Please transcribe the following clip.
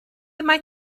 mae